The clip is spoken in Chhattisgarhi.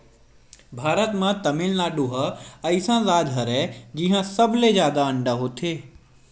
भारत म तमिलनाडु ह अइसन राज हरय जिंहा सबले जादा अंडा होथे